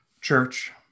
Church